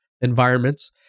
environments